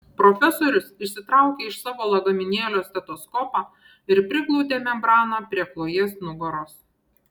profesorius išsitraukė iš savo lagaminėlio stetoskopą ir priglaudė membraną prie chlojės nugaros